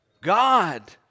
God